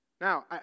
Now